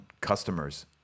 customers